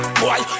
boy